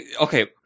Okay